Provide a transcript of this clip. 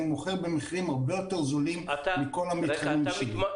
אני מוכר במחירים הרבה יותר זולים מכל המתחרים שלי.